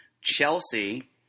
Chelsea